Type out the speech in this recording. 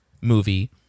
movie